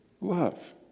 love